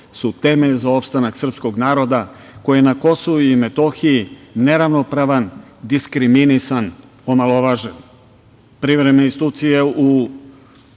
su temelj za opstanak srpskog naroda koji je na Kosovu i Metohiji neravnopravan, diskriminisan, omalovažen. Privremene